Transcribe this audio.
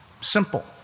Simple